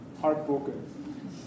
heartbroken